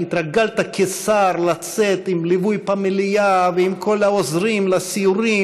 הרי התרגלת כשר לצאת בליווי פמליה ועם כל העוזרים לסיורים,